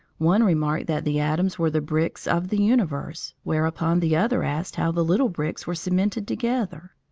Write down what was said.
one remarked that the atoms were the bricks of the universe, whereupon the other asked how the little bricks were cemented together.